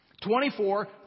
Twenty-four